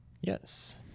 Yes